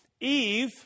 eve